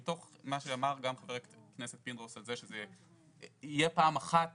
מתוך מה שאמר גם חבר הכנסת פינדרוס על זה שזה יהיה פעם אחת